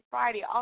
Friday